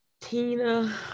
Tina